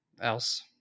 else